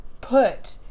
put